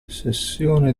sessione